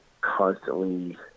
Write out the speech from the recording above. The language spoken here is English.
constantly